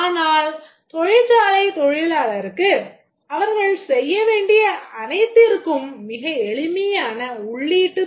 ஆனால் தொழிற்சாலைத் தொழிலாளரருக்கு அவர்கள் செய்ய வேண்டிய அனைத்திற்கும் மிக எளிமையான உள்ளீட்டுத் தூண்டுதல் வேண்டும்